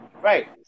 Right